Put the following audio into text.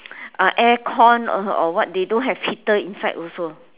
uh aircon or or what they don't have heater inside also